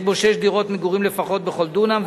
יש בו שש דירות מגורים לפחות בכל דונם,